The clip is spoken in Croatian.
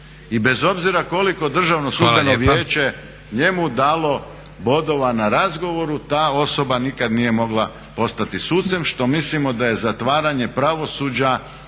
Hvala.